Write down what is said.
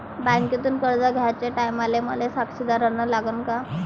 बँकेतून कर्ज घ्याचे टायमाले मले साक्षीदार अन लागन का?